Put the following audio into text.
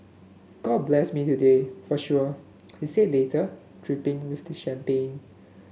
god blessed me today for sure he said later dripping with champagne